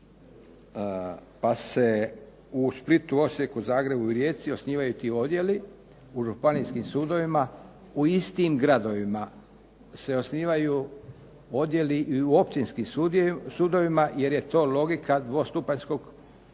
pa se u Splitu, Osijeku, Zagrebu i Rijeci osnivaju ti odjeli u županijskim sudovima. U istim gradovima se osnivaju odjeli i u općinskim sudovima jer je to logika dvostupanjskog sudovanja